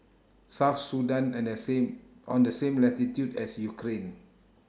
South Sudan on The same on The same latitude as Ukraine